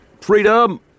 Freedom